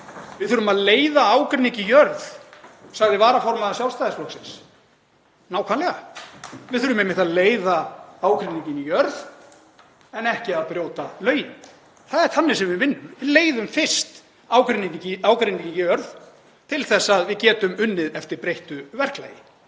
Við þurfum að leiða ágreining í jörð, sagði varaformaður Sjálfstæðisflokksins. Nákvæmlega. Við þurfum einmitt að leiða ágreininginn í jörð en ekki að brjóta lögin. Það er þannig sem við vinnum. Leiðum fyrst ágreining í jörð til þess að við getum unnið eftir breyttu verklagi.